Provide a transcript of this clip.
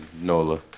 Nola